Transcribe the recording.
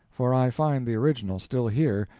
for i find the original still here,